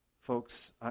Folks